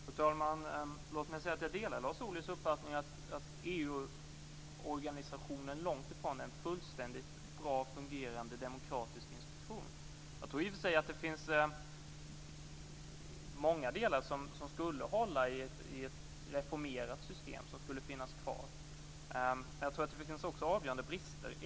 Fru talman! Låt mig säga att jag delar Lars Ohlys uppfattning att EU-organisationen långtifrån är en fullständigt bra fungerande demokratisk institution. Jag tror i och för sig att det finns många delar som skulle hålla i ett reformerat system som skulle finnas kvar. Men jag tror också att det finns avgörande brister.